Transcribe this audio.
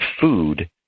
food